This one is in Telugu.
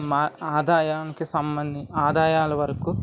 మా ఆదాయానికి సంబంధ ఆదాయాల వరకు